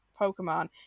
Pokemon